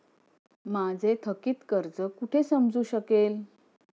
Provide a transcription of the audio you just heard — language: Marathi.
माझे थकीत कर्ज कुठे समजू शकेल?